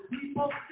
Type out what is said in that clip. people